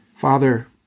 Father